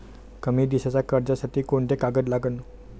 कमी दिसाच्या कर्जासाठी कोंते कागद लागन?